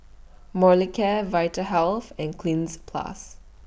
Molicare Vitahealth and Cleanz Plus